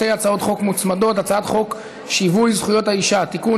שתי הצעות חוק מוצמדות: הצעת חוק שיווי זכויות האישה (תיקון,